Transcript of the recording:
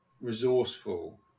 resourceful